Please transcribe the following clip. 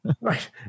Right